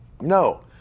no